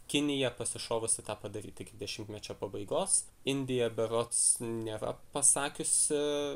kinija pasišovusi tą padaryt iki dešimtmečio pabaigos indija berods nėra pasakiusi